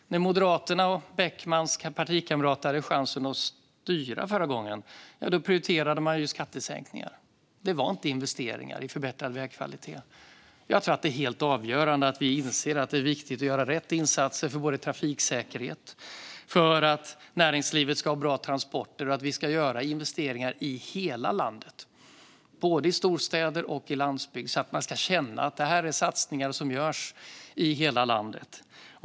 När Moderaterna och Beckmans partikamrater hade chansen att styra förra gången prioriterade man skattesänkningar. Det var inte investeringar i förbättrad vägkvalitet man satsade på. Jag tror att det är helt avgörande att vi inser att det är viktigt att göra rätt insatser för trafiksäkerheten och för att näringslivet ska ha bra transporter, och jag tror att det är viktigt att vi gör investeringar både i storstäder och på landsbygden så att man känner att det här är satsningar som görs i hela landet.